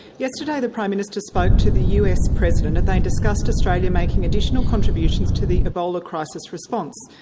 yesterday the prime minister spoke to the us president and they discussed australia making additional contributions to the ebola crisis response.